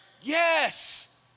Yes